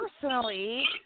personally